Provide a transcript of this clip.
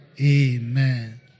Amen